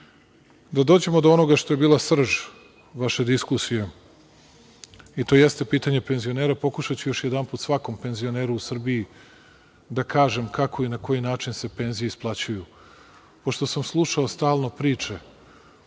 dođemo do onoga što je bila srž vaše diskusije i to jeste pitanje penzionera. Pokušaću još jedanput svakom penzioneru u Srbiji da kažem kako i na koji način se penzije isplaćuju. Pošto sam slušao stalno priče